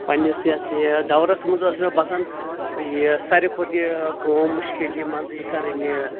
پننِس یہِ ہسا یہِ دورس منٛز ٲس مےٚ باسان یہِ ساروے کھۄتہٕ یہ کٲم مشکِل مان ژٕ یہِ کرٕنۍ یہ